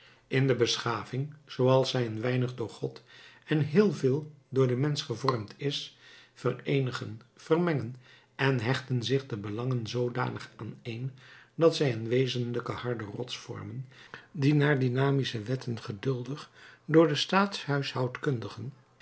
in de beschaving zooals zij een weinig door god en heel veel door den mensch gevormd is vereenigen vermengen en hechten zich de belangen zoodanig aaneen dat zij een wezenlijke harde rots vormen die naar dynamische wetten geduldig door de staathuishoudkundigen